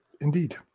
indeed